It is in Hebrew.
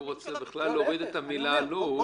--- הוא רוצה בכלל להוריד את המילה "עלול",